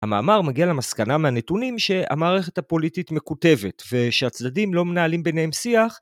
המאמר מגיע למסקנה מהנתונים שהמערכת הפוליטית מקוטבת ושהצדדים לא מנהלים ביניהם שיח.